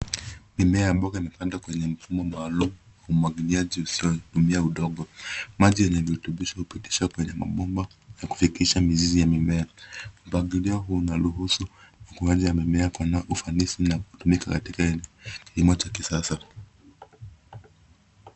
Mimea ya mboga imepandwa lavenye mfumo maalum wa umwagiliaji usiotumia udongo maji na virutubisho yamepitishwa kwenye mapomba ya kufikisha mizizi ya mimea Mpangilio huu unaruhusu ukuaji wa mimea kuwa ufanisi na kutumika katika kilimo cha kisasa.